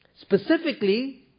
Specifically